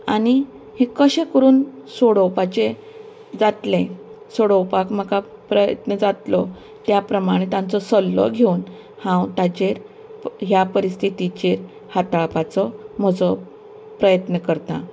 आनी हें कशें करून सोडोवपाचें जातलें सोडोवपाक म्हाका प्रयत्न जातलो त्या प्रमाणें तांचो सल्लो घेवन हांव ताचेर ह्या परिस्थितीचेर हाताळपाचो म्हजो प्रयत्न करतां